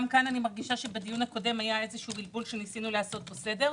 אני מרגישה שבדיון הקודם היה איזה בלבול שניסינו לעשות בו סדר.